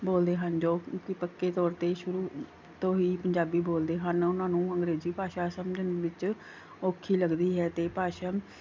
ਬੋਲਦੇ ਹਨ ਜੋ ਕਿਉਂਕਿ ਪੱਕੇ ਤੌਰ 'ਤੇ ਸ਼ੁਰੂ ਤੋਂ ਹੀ ਪੰਜਾਬੀ ਬੋਲਦੇ ਹਨ ਉਹਨਾਂ ਨੂੰ ਅੰਗਰੇਜ਼ੀ ਭਾਸ਼ਾ ਸਮਝਣ ਵਿੱਚ ਔਖੀ ਲੱਗਦੀ ਹੈ ਅਤੇ ਭਾਸ਼ਾ